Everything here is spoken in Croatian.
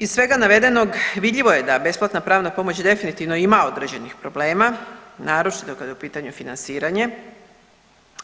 Iz svega navedenog vidljivo je da besplatna pravna pomoć definitivno ima određenih problema, naročito kada je u pitanju financiranje,